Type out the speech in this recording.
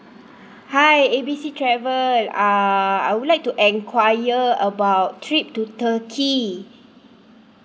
hi A B C travel uh I would like to enquire about trip to turkey